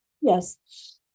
Yes